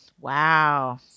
Wow